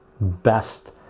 best